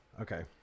Okay